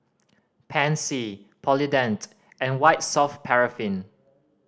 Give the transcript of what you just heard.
Pansy Polident and White Soft Paraffin